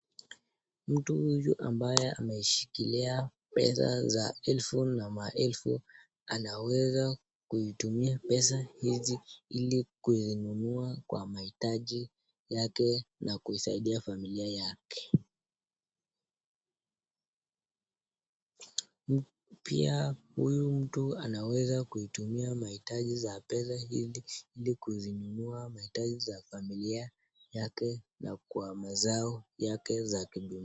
Mtu huyu ambaye ameshikilia pesa za elfu na maelfu; Anaweza kuitumia pesa hizi ili kuinunua kwa mahitaji yake na kuisaidia familia yake. Pia huyu mtu anaweza kuitumia mahitaji za pesa hizi ili kuzinunua mahitaji za familia yake na kwa mazao yake ya kibinafsi.